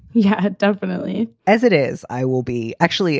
yeah, definitely. as it is, i will be actually